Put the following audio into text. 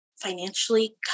financially